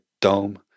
Dome